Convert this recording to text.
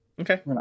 okay